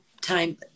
time